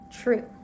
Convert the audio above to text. True